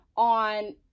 on